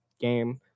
game